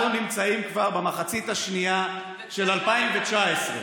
אנחנו נמצאים כבר במחצית השנייה של 2019,